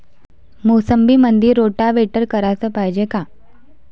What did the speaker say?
मोसंबीमंदी रोटावेटर कराच पायजे का?